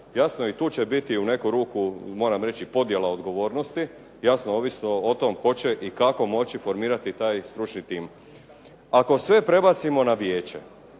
Jasno, i tu će biti u neku ruku, moram reći podjela odgovornosti, jasno ovisno o tome tko će i kako moći formirati taj stručni tim. Ako sve prebacimo na vijeće,